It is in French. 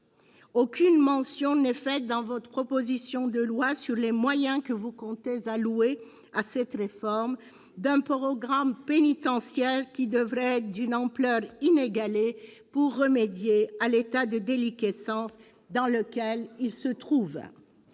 Aucune mention n'est faite dans votre proposition de loi sur les moyens que vous comptez allouer à cette réforme, d'un programme pénitentiaire qui devrait être d'une ampleur inégalée pour remédier à l'état de déliquescence dans lequel il se trouve.